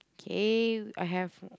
kay I have